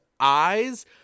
Eyes